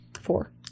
Four